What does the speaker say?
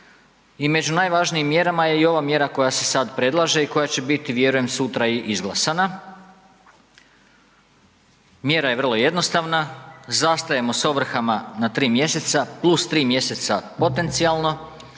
i među najvažnijim mjerama je i ova mjera koja se sada predlaže i koja će biti vjerujem sutra i izglasana. Mjera je vrlo jednostavna, zastajemo sa ovrhama na tri mjeseca plus tri mjeseca potencijalno.